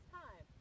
time